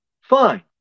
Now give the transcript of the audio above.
fine